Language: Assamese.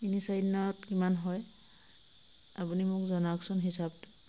তিনি চাৰিদিনত কিমান হয় আপুনি মোক জনাওকচোন হিচাপটো